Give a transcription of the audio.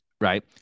right